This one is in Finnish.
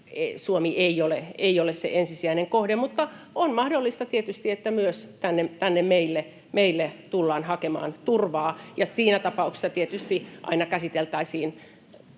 Suomi ei ole se ensisijainen kohde, mutta on mahdollista tietysti, että myös tänne meille tullaan hakemaan turvaa, ja siinä tapauksessa tietysti aina käsiteltäisiin